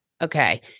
Okay